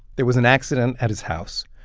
there was an accident at his house.